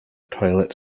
toilet